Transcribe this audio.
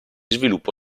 sviluppo